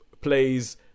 plays